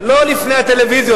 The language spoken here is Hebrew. לא לפני הטלוויזיות.